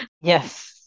Yes